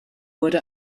wurde